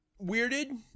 Weirded